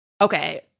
Okay